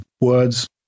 words